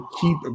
keep